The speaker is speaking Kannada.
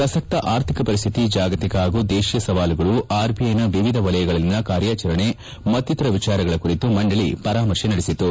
ಪ್ರಸಕ್ತ ಆರ್ಥಿಕ ಪರಿಸ್ವಿತಿ ಜಾಗತಿಕ ಹಾಗೂ ದೇಶೀಯ ಸವಾಲುಗಳು ಆರ್ಬಿಐನ ವಿವಿಧ ವಲಯಗಳಲ್ಲಿನ ಕಾರ್ಯಾಚರಣೆ ಮತ್ತಿತರ ವಿಚಾರಗಳ ಕುರಿತು ಮಂಡಳಿ ಪರಾಮರ್ಶೆ ನಡೆಸಿತು